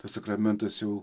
tas sakramentas jau